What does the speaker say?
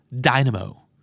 dynamo